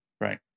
Right